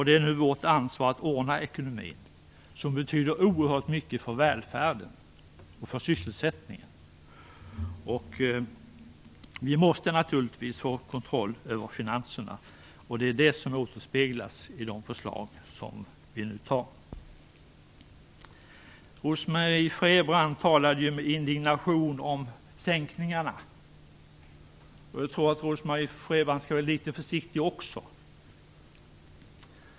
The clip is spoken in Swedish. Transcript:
Det är nu vårt ansvar att ordna ekonomin, som betyder oerhört mycket för välfärden och sysselsättningen. Vi måste naturligtvis få kontroll över finanserna, och det återspeglas i de förslag som vi nu antar. Rose-Marie Frebran talade med indignation om sänkningarna. Jag tror dock hon skall vara litet försiktigt.